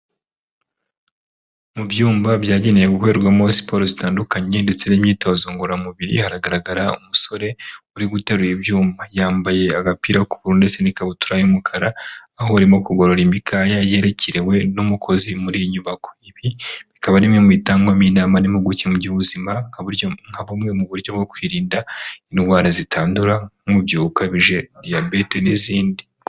Mu byumba byagenewe gukorerwamo siporo zitandukanye ndetse n'imyitozo ngororamubiri hagaragara umusore uri guterura ibyuma, yambaye agapira k'uburu ndetse n'ikabutura y'umukara, aho arimo kugorora imikaya yekerewe n'umukozi muri iyi nyubako, ibi bikaba bimwe mu bitangwamo inama n'impuguke mu by'ubuzima nka bumwe mu buryo bwo kwirinda indwara zitandura nk'umubyibuho ukabije, Diyabete, n'izindi.